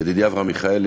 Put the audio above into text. ידידי אברהם מיכאלי,